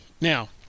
Now